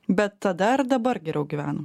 bet tada ar dabar geriau gyvent